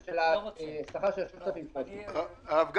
אם לא,